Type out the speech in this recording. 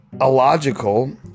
illogical